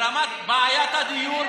בעיית הדיור,